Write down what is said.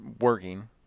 working